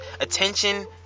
Attention